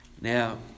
Now